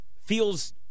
feels –